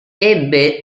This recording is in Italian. ebbe